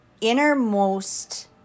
innermost